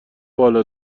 بالا